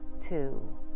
two